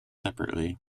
separately